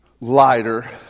lighter